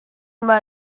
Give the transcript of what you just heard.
about